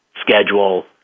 schedule